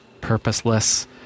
purposeless